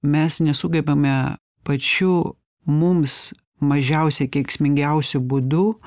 mes nesugebame pačių mums mažiausiai kenksmingiausiu būdu